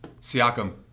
Siakam